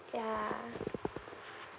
yeah